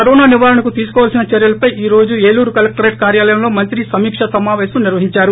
corona నివారణకు తీసుకోవాల్సిన చర్యలపై ఈ రోజు ఏలూరు కలెక్టరేట్ కార్యాలయంలో మంత్రి సమీకా సమాపేశం నిర్వహించారు